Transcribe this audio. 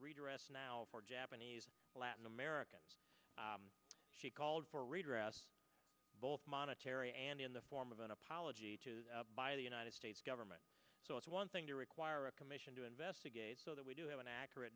redress now for japanese latin americans she called for redress both monetary and in the form of an apology to the by the united states government so it's one thing to require a commission to investigate so that we do have an accurate